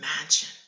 imagine